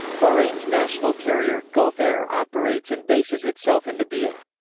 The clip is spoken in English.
bahrain's national carrier, gulf air operates and bases itself in the bia.